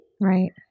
Right